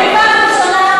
אתם מפריעים לי לנהל את הישיבה.